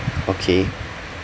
okay